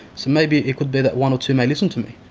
so maybe it could be that one or two may listen to me.